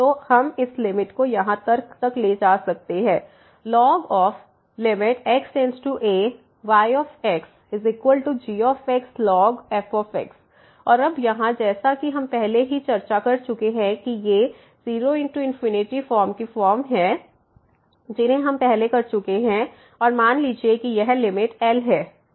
तो हम इस लिमिट को यहाँ तर्क तक ला सकते हैं ln x→ayxgxln fx और अब यहाँ जैसा कि हम पहले ही चर्चा कर चुके हैं कि ये 0×∞ फॉर्म की फॉर्म हैं जिन्हें हम पहले कर चुके हैं और मान लीजिए कि यह लिमिट L है